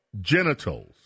genitals